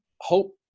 hope